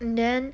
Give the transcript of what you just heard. and then